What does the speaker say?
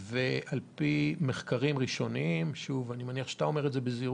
ועל פי מחקרים ראשוניים אני מניח שאתה אומר את זה בזהירות,